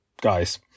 guys